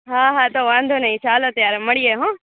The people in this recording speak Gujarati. હા હા તો વાંધો નહીં ચાલો ત્યારે મળીએ હોં